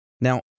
Now